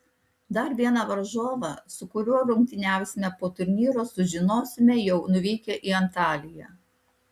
dar vieną varžovą su kuriuo rungtyniausime po turnyro sužinosime jau nuvykę į antaliją